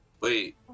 Wait